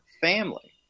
family